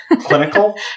Clinical